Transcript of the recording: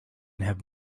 have